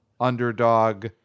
underdog